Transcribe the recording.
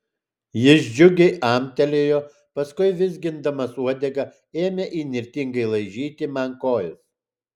jis džiugiai amtelėjo paskui vizgindamas uodegą ėmė įnirtingai laižyti man kojas